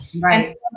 Right